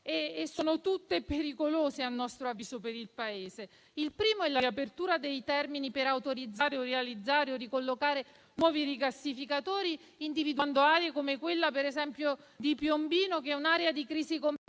e sono tutte pericolose, a nostro avviso, per il Paese. La prima misura è la riapertura dei termini per autorizzare, realizzare o ricollocare nuovi rigassificatori, individuando aree, come quella per esempio di Piombino, che è un'area di crisi complessa